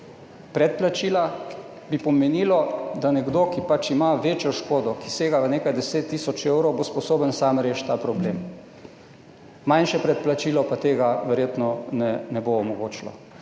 predplačila bi pomenilo, da nekdo, ki pač ima večjo škodo, ki sega v nekaj 10 tisoč evrov bo sposoben sam rešiti ta problem, manjše predplačilo pa tega verjetno ne bo omogočilo.